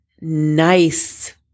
nice